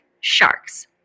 Sharks